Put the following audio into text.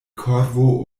korvo